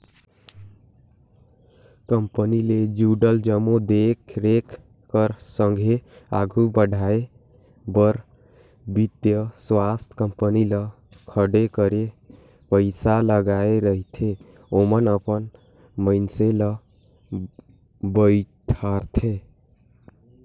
company ले जुड़ल जम्मो देख रेख कर संघे आघु बढ़ाए बर बित्तीय संस्था कंपनी ल खड़े करे पइसा लगाए रहिथे ओमन अपन मइनसे ल बइठारथे